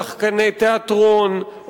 שחקני תיאטרון,